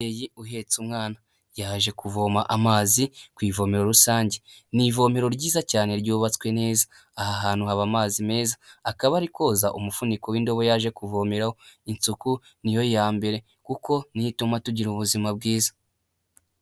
Umubyeyi uhetse umwana yaje kuvoma amazi ku ivomero rusange, ni ivomero ryiza cyane ryubatswe neza, aha hantu haba amazi meza akaba ari koza umufuniko w'indobo yaje kuvomeramo, isuku niyo ya mbere kuko niyo ituma tugira ubuzima bwiza.